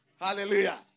Hallelujah